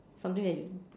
something that you